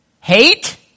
Hate